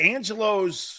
Angelo's